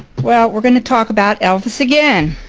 well we're going to talk about elvis again.